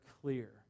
clear